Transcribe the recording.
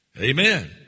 Amen